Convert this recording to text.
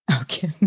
okay